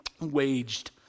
waged